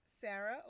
sarah